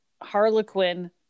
Harlequin